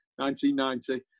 1990